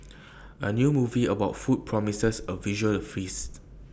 A new movie about food promises A visual A feast